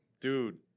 Dude